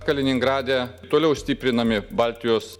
kaliningrade toliau stiprinami baltijos